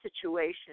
situation